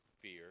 fear